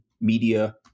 media